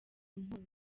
inkoro